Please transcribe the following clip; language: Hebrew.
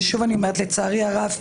לצערי הרב,